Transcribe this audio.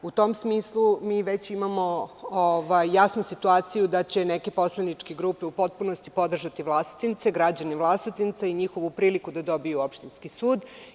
U tom smislu, mi već imamo jasnu situaciju da će neke poslaničke grupe u potpunosti podržati Vlasotince, građane Vlasotinca i njihovu priliku da dobiju opštinski sud.